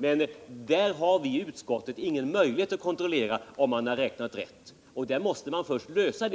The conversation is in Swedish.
Men vi har i utskottet ingen möjlighet att kontrollera om kommunerna räknat rätt. Det problemet måste först lösas